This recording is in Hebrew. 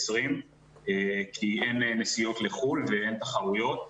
כי אין נסיעות לחו"ל ואין תחרויות.